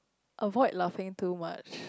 avoid laughing too much